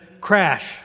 crash